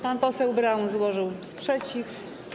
Pan poseł Braun złożył sprzeciw.